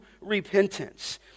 repentance